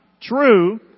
True